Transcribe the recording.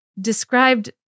described